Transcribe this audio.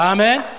Amen